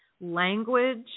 language